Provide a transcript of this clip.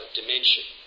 dimension